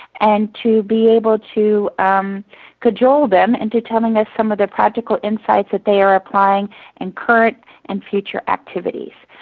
and to be able to cajole them and into telling us some of their practical insights that they are applying in current and future activities.